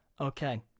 Okay